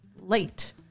late